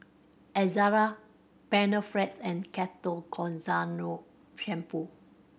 Ezerra Panaflex and Ketoconazole Shampoo